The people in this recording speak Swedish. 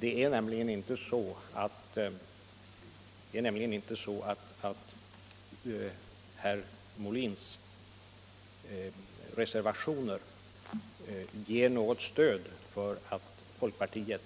Det är nämligen inte så att herr Molins reservationer ger något stöd för att folkpartiet